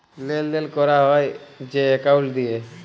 লেলদেল ক্যরা হ্যয় যে একাউল্ট দিঁয়ে